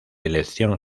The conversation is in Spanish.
elección